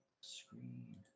screen